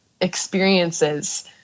experiences